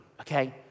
okay